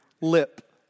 lip